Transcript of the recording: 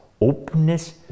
openness